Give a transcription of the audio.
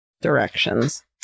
directions